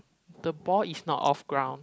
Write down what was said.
the ball is not off ground